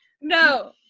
No